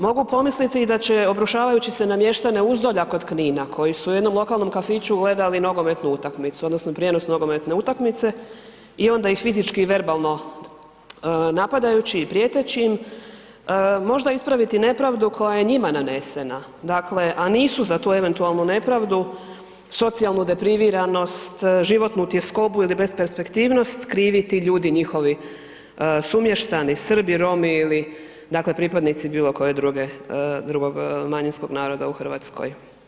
Mogu pomisliti i da će obrušavajući se na mještane Uzdolja kod Knina koji su u jednom lokalnom kafiću gledali nogometnu utakmicu odnosno prijenos nogometne utakmice, onda ih fizički i verbalno napadajući i prijeteći im možda ispraviti nepravdu koja je njima nanesena, dakle a nisu za tu eventualnu nepravdu socijalnu depriviranost, životnu tjeskobu ili besperspektivnost, krivi ti ljudi, njihovi sumještani, Srbi, Romi ili dakle pripadnici bilokojeg drugog manjinskog naroda u Hrvatskoj.